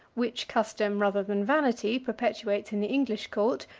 which custom, rather than vanity, perpetuates in the english court,